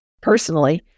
personally